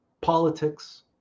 politics